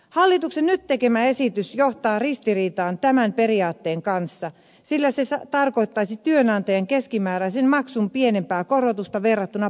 hallituksen nyt tekemä esitys johtaa ristiriitaan tämän periaatteen kanssa sillä se tarkoittaisi työnantajan keskimääräisen maksun pienempää korotusta verrattuna palkansaajan maksuun